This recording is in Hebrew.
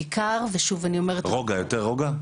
בעיקר, ושוב אני אומרת --- יותר רוגע?